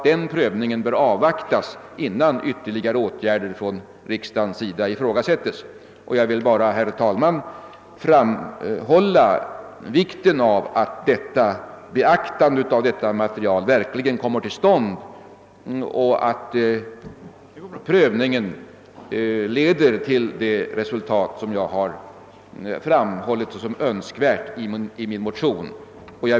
Denna prövning bör avvaktas innan ytterligare åtgärder från riksdagens sida ifrågasätts.» Jag vill nu bara framhålla vikten av att detta material verkligen blir beaktat och att prövningen leder till det resultat som jag har framhållit som önskvärt i min motion. Herr talman!